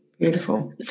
beautiful